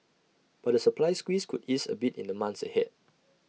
but the supply squeeze could ease A bit in the months ahead